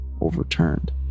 overturned